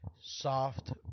soft